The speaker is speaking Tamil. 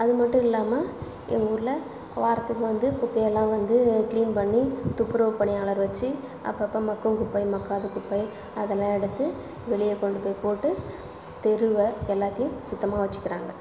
அதுமட்டும் இல்லாமல் எங்கள் ஊரில் வாரத்துக்கு வந்து குப்பையெல்லாம் வந்து க்ளீன் பண்ணி துப்புரவு பணியாளர் வெச்சு அப்பப்போ மட்கும் குப்பை மட்காத குப்பை அதெல்லாம் எடுத்து வெளியேக் கொண்டுப் போய் போட்டு தெருவை எல்லாத்தையும் சுத்தமாக வச்சுக்கிறாங்க